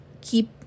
keep